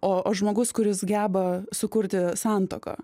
o žmogus kuris geba sukurti santuoką